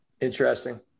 interesting